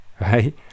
right